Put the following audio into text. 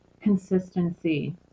consistency